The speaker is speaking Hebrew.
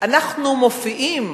"אנחנו מופיעים,